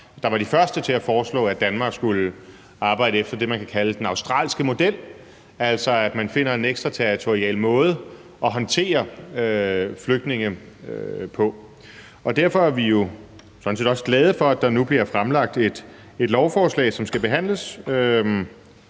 der var de første til at foreslå, at Danmark skulle arbejde efter det, man kan kalde for den australske model, altså at man finder en ekstraterritorial måde at håndtere flygtninge på. Derfor er vi jo sådan set også glade for, at der nu bliver fremsat et lovforslag, som skal behandles.